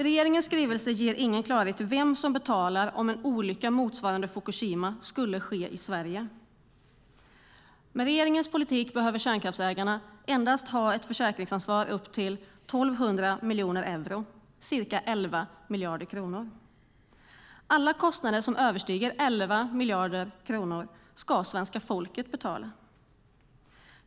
Regeringens skrivelse ger ingen klarhet i vem som betalar om en olycka motsvarande Fukushima skulle ske i Sverige. Med regeringens politik behöver kärnkraftsägarna endast ha ett försäkringsansvar upp till 1 200 miljoner euro, ca 11 miljarder kronor. Alla kostnader som överstiger 11 miljarder kronor ska svenska folket betala.